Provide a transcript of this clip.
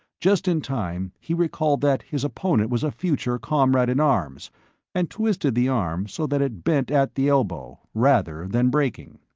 just in time he recalled that his opponent was a future comrade-in-arms and twisted the arm so that it bent at the elbow, rather than breaking.